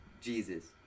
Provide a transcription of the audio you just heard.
Jesus